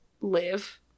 live